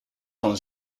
van